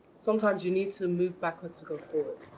sometimes you need to move backwards to go forward.